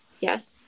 yes